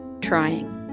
trying